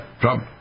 Trump